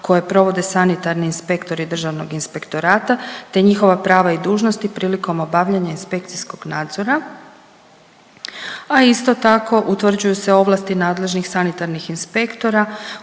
koje provode sanitarni inspektori Državnog inspektorata, te njihova prava i dužnost prilikom obavljanja inspekcijskog nadzora, a isto tako utvrđuju se ovlasti nadležnih sanitarnih inspektora